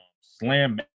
Slam